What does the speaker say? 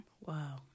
Wow